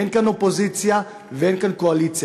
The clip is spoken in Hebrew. אין כאן אופוזיציה ואין כאן קואליציה,